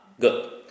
Good